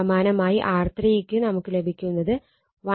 സമാനമായി R3 ക്ക് നമുക്ക് ലഭിക്കുന്നത് 149207